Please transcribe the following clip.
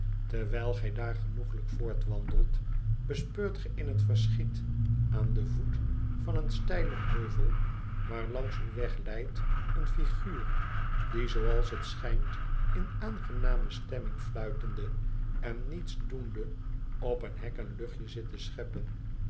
terwijl gij daar genoeglijk voortwandelt bespeurt ge in t verschiet aan den voet van een stellen heuvel waarlangs uw weg leidt een figuur die zooals t schijnt in aangename stemming fluitende en niets doende op een hek een luchtje zit te scheppen